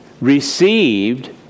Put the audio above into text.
received